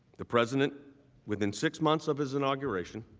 the president within six months of his inauguration